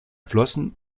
flossen